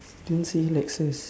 didn't say lexus